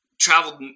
traveled